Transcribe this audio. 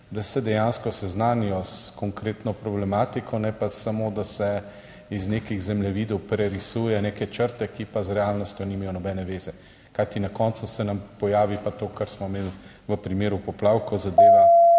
da se dejansko seznanijo s konkretno problematiko, ne pa samo, da se iz nekih zemljevidov prerisuje neke črte, ki pa z realnostjo nimajo nobene veze. Kajti na koncu se nam pojavi pa to, kar smo imeli v primeru poplav, ko zadeva